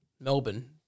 Melbourne